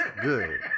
good